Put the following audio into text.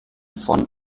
von